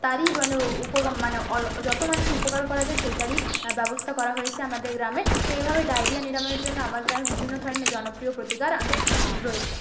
তারই মানে মানে যত মানুষ উপকার করা যায় সেটারই ব্যবস্থা করা হয়েছে আমাদের গ্রামে তো এইভাবেই ডায়রিয়া নিরাময়ের জন্য আমার গ্রামে বিভিন্ন ধরনের জনপ্রিয় প্রতিকার আমি রয়েছে